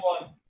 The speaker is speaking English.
one